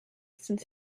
since